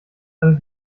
alles